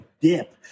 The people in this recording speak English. dip